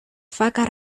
faca